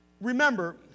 remember